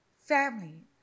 Family